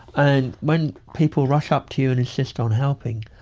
and when people rush up to you and insist on helping,